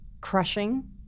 crushing